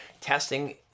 Testing